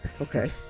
Okay